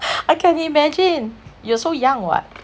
I can imagine you're so young [what]